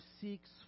seeks